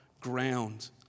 ground